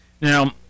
Now